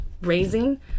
raising